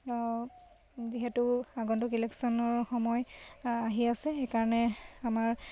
যিহেতু আগন্তুক ইলেকশ্যনৰ সময় আহি আছে সেইকাৰণে আমাৰ